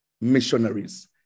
missionaries